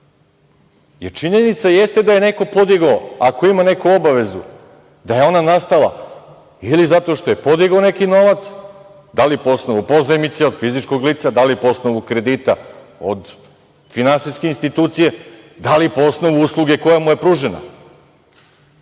Jer, činjenica jeste da je neko podigao, ako je imao neku obavezu da je ona nastala ili zato što je podigao neki novac, da li po osnovu pozajmice od fizičkog lica, da li po osnovu kredita od finansijske institucije, da li po osnovu usluge koja mu je pružena?